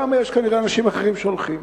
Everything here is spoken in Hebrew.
לשם כנראה אנשים אחרים הולכים.